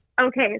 Okay